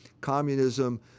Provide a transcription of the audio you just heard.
communism